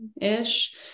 ish